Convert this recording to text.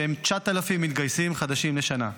שהם 9,000 מתגייסים חדשים לשנה.